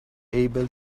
able